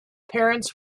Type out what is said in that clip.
parents